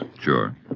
Sure